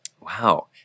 Wow